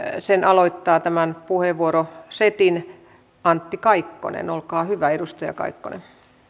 tämän puheenvuorosetin aloittaa antti kaikkonen olkaa hyvä